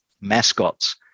mascots